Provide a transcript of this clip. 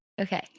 Okay